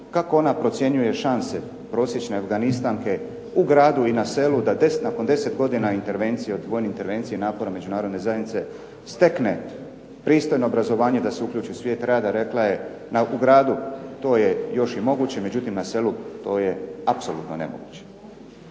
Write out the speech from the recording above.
kako ona procjenjuje šanse prosječne afganistanke u gradu i na selu da nakon 10 godina vojne intervencije i napora Međunarodne zajednice stekne pristojno obrazovanje i da se uključi u svijet rada? Rekla je u gradu to je još i moguće, međutim na selu to je apsolutno nemoguće.